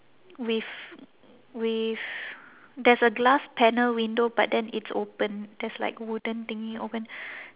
with with there's a glass panel window but then it's open there's like wooden thingy open